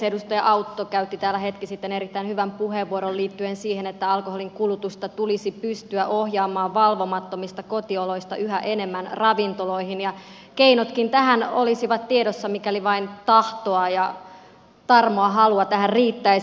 edustaja autto käytti täällä hetki sitten erittäin hyvän puheenvuoron liittyen siihen että alkoholinkulutusta tulisi pystyä ohjaamaan valvomattomista kotioloista yhä enemmän ravintoloihin ja keinotkin tähän olisivat tiedossa mikäli vain tahtoa ja tarmoa halua tähän riittäisi